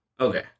Okay